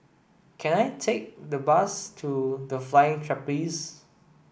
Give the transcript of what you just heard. can I take the bus to The Flying Trapeze